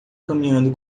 caminhando